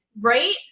Right